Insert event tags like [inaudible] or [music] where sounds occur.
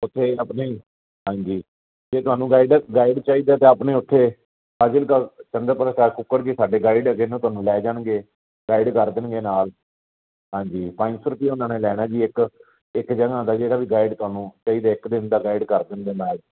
ਉੱਤੇ ਆਪਣੀ ਹਾਂਜੀ ਇਹ ਤੁਹਾਨੂੰ ਗਾਈਡ ਗਾਈਡ ਚਾਹੀਦਾ ਅਤੇ ਆਪਣੇ ਉਥੇ ਫਾਜ਼ਿਲਕਾ [unintelligible] ਸਾਡੇ ਗਾਈਡ ਹੈਗੇ ਉਹ ਤੁਹਾਨੂੰ ਲੈ ਜਾਣਗੇ ਗਾਈਡ ਕਰ ਦੇਣਗੇ ਨਾਲ ਹਾਂਜੀ ਪੰਜ ਸੌ ਰੁਪਈਆ ਉਹਨਾਂ ਨੇ ਲੈਣਾ ਜੀ ਇੱਕ ਇੱਕ ਜਣਾ ਹੁੰਦਾ ਜਿਹੜਾ ਵੀ ਗਾਈਡ ਤੁਹਾਨੂੰ ਚਾਹੀਦਾ ਇੱਕ ਦਿਨ ਦਾ ਗਾਈਡ ਕਰ ਦਿੰਦੇ ਨਾਲ